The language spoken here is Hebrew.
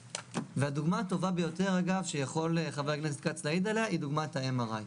והדוגמה הטובה ביותר שחבר הכנסת כץ יכול להעיד עליה היא דוגמת ה-MRI.